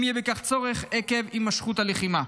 אם יהיה בכך צורך עקב הימשכות הלחימה.